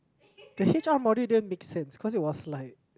the H_R module didn't make sense cause it was like